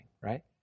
right